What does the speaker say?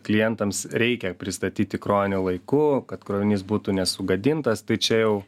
klientams reikia pristatyti krovinį laiku kad krovinys būtų nesugadintas tai čia jau